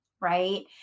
right